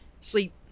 sleep